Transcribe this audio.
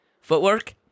Footwork